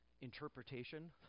interpretation